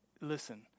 listen